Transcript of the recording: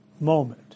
moment